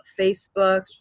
Facebook